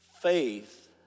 faith